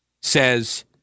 says